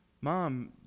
Mom